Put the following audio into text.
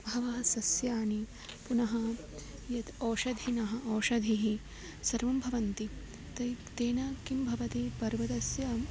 बहूनि सस्यानि पुनः यद् औषधयः औषधयः सर्वे भवन्ति तेन तेन किं भवति पर्वतस्य